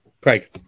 Craig